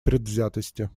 предвзятости